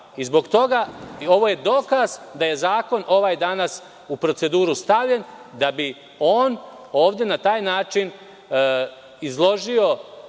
toga ovo je dokaz da je zakon ovaj danas u proceduru stavljen da bi on ovde na taj način izložio,